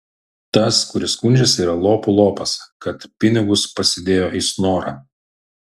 tas kuris skundžiasi yra lopų lopas kad pinigus pasidėjo į snorą